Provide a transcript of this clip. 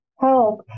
help